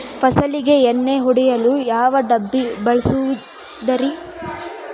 ಫಸಲಿಗೆ ಎಣ್ಣೆ ಹೊಡೆಯಲು ಯಾವ ಡಬ್ಬಿ ಬಳಸುವುದರಿ?